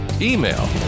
Email